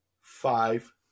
five